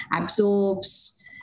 absorbs